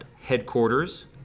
headquarters